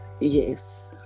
Yes